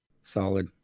solid